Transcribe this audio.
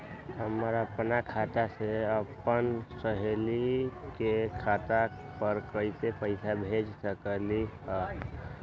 हम अपना खाता से अपन सहेली के खाता पर कइसे पैसा भेज सकली ह?